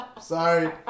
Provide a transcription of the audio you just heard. sorry